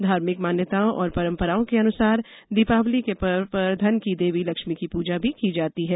धार्मिक मान्यताओं और परंपराओं के अनुसार दीपावली का पर्व पर धन की देवी लक्ष्मी की पूजा भी की जाती है